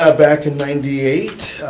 ah back in ninety eight,